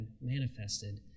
manifested